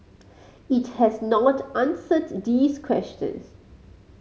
it has not answered these questions